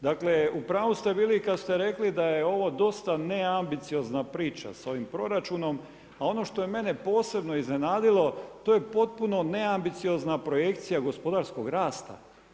Dakle, u pravu ste bili kad ste rekli da je ovo dosta neambiciozna priča sa ovim proračunom, a ono što je mene posebno iznenadilo to je potpuno neambiciozna projekcija gospodarskog rasta.